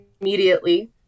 immediately